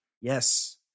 Yes